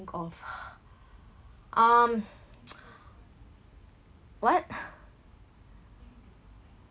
of um what